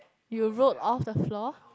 you wrote off the floor